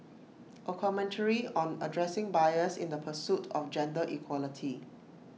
A commentary on addressing bias in the pursuit of gender equality